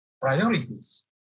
priorities